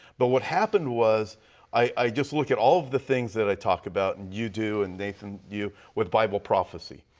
but what happened was i just looked at all of the things that i talked about, and you do, and nathan do with bible prophecy.